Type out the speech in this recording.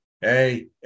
hey